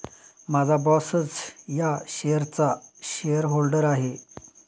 माझा बॉसच या शेअर्सचा शेअरहोल्डर आहे